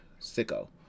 Sicko